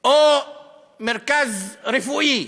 או מרכז רפואי.